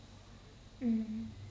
mm